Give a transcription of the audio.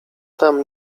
tam